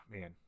man